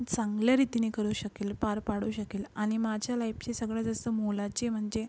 चांगल्या रीतीने करू शकेल पार पाडू शकेल आणि माझ्या लाईपची सगळ्यात जास्त मोलाची म्हणजे